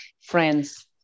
Friends